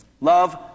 love